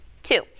Two